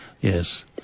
Yes